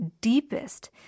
deepest